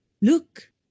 Look